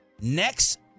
Next